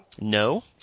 No